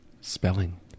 spelling